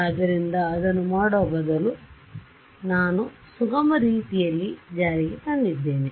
ಆದ್ದರಿಂದ ಅದನ್ನು ಮಾಡುವ ಬದಲು ನಾನು ಸುಗಮ ರೀತಿಯಲ್ಲಿ ಜಾರಿಗೆ ತಂದಿದ್ದೇನೆ